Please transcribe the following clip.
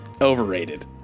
overrated